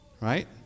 Right